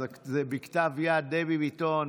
זה בכתב יד, דבי ביטון.